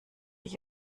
ich